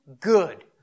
good